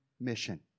mission